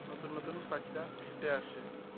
নতুন নতুন পাখিরা খেতে আসে